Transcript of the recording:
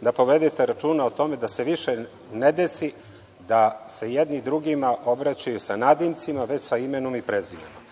da povedete računa o tome da se više ne desi da se jedni drugima obraćaju sa nadimcima, već sa imenom i prezimenom,